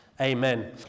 amen